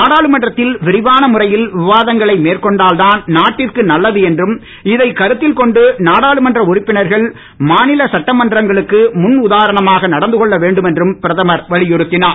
நாடாளுமன்றத்தில் விரிவான முறையில் விவாதங்களை மேற்கொண்டால் தான் நாட்டிற்கு நல்லது என்றும் இதை கருத்தில் கொண்டு நாடாளுமன்ற உறுப்பினர்கள் மாநில சட்டமன்றங்களுக்கு முன் உதாரணமாக நடந்து கொள்ள வேண்டும் என்றும் பிரதமர் வலியுறுத்தினார்